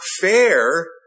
fair